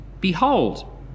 Behold